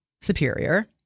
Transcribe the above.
superior